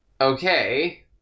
Okay